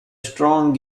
strong